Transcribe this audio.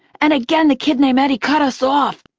and again the kid named eddie cut us off.